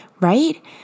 right